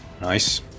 Nice